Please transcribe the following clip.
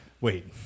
Wait